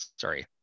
sorry